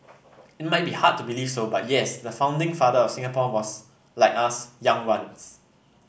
it might be hard to believe so but yes the founding father of Singapore was like us young once